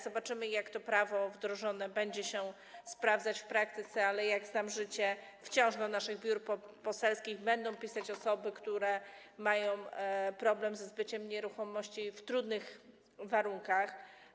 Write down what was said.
Zobaczymy, jak to prawo wdrożone będzie się sprawdzać w praktyce, ale jak znam życie, wciąż do naszych biur poselskich będą pisać osoby, które mają problem ze zbyciem nieruchomości w trudnych warunkach.